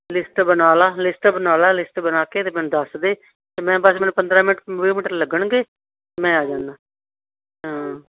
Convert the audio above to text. list ਬਣਾ ਲਾ list ਬਣਾ ਲਾ ਲਿਸਟ ਬਣਾ ਕੇ ਤੇ ਮੈਨੂੰ ਦੱਸ ਦੇ ਅਤੇ ਮੈਂ ਬਸ ਮੈਂਨੂੰ ਪੰਦਰਾਂ ਵੀਹ ਮਿੰਟ ਲੱਗਣਗੇ ਮੈਂ ਆ ਜਾਂਦਾ ਹਾਂ